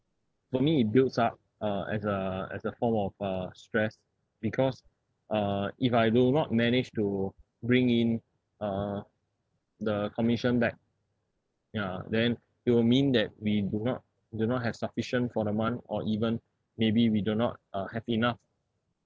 for me it builds up uh as a as a form of a stress because uh if I do not manage to bring in uh the commission back ya then it will mean that we do not do not have sufficient for the month or even maybe we do not uh have enough